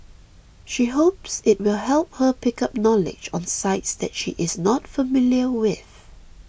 she hopes it will help her pick up knowledge on sites that she is not familiar with